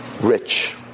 rich